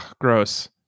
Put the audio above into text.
gross